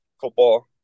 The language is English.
football